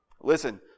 Listen